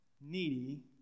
needy